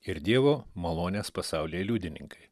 ir dievo malonės pasaulyje liudininkai